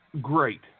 great